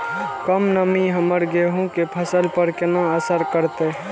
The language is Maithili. कम नमी हमर गेहूँ के फसल पर केना असर करतय?